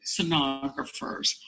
sonographers